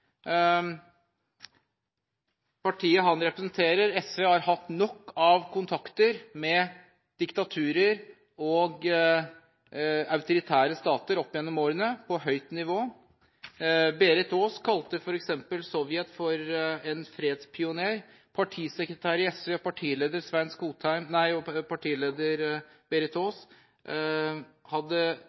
Partiet han representerer, SV, har hatt nok av kontakter med diktaturer og autoritære stater opp gjennom årene – på høyt nivå. Berit Ås kalte f.eks. Sovjet for en «fredspioner». Partisekretær i SV Svein Skotheim og partileder Berit Ås hadde